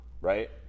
Right